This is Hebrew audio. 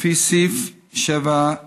לפי סעיף 7א(א)